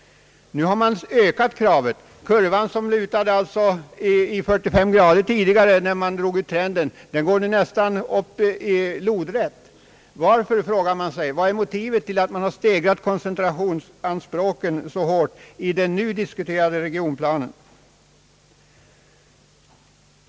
Nu har man ökat kravet. Kurvan som lutade i 45 grader tidigare när man drog ut trenden går nu nästan lodrätt. Varför? Vad är motivet till att man stegrat koncentrationsanspråken så hårt i den nu diskuterade regionplanen?